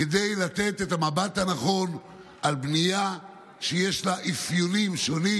כדי לתת את המבט הנכון על בנייה שיש לה אפיונים שונים.